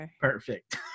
perfect